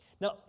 Now